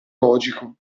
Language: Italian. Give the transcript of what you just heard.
logico